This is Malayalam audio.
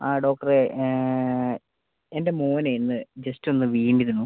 ആ ഡോക്ടറെ എൻ്റെ മോന് ഇന്ന് ജസ്റ്റ് ഒന്ന് വീണിരുന്നു